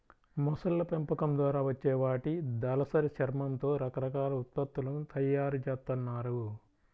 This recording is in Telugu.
మొసళ్ళ పెంపకం ద్వారా వచ్చే వాటి దళసరి చర్మంతో రకరకాల ఉత్పత్తులను తయ్యారు జేత్తన్నారు